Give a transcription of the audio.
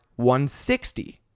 160